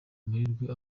amahirwe